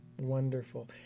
Wonderful